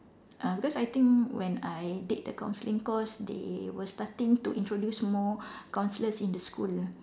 uh because I think when I did the counselling course they were starting to introduce more counsellors in the school